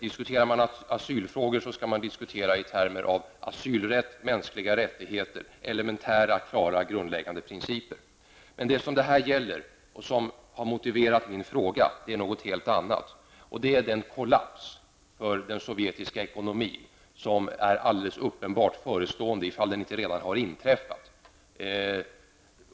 Diskuterar man asylfrågor skall man diskutera i termer som asylrätt, mänskliga rättigheter, elementära, klara och grundläggande principer. Det som har motiverat min fråga är något helt annat. Det är den kollaps för den sovjetiska ekonomin som är alldeles uppenbart förestående, ifall den inte redan har inträffat.